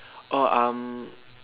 oh um